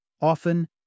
Often